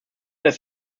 dass